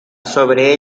sobre